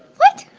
what!